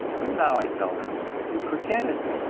but now i tell them to forget it,